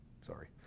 sorry